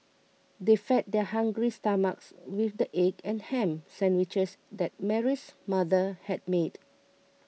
they fed their hungry stomachs with the egg and ham sandwiches that Mary's mother had made